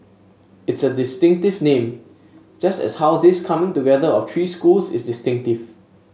it's a distinctive name just as how this coming together of three schools is distinctive